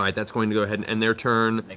like that's going to go ahead and end their turn.